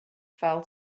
fell